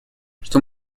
что